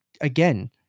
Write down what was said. again